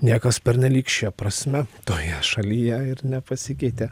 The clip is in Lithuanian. niekas pernelyg šia prasme toje šalyje ir nepasikeitė